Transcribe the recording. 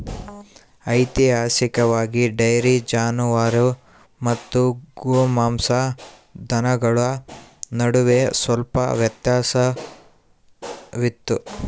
ಐತಿಹಾಸಿಕವಾಗಿ, ಡೈರಿ ಜಾನುವಾರು ಮತ್ತು ಗೋಮಾಂಸ ದನಗಳ ನಡುವೆ ಸ್ವಲ್ಪ ವ್ಯತ್ಯಾಸವಿತ್ತು